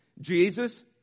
Jesus